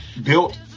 Built